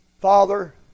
Father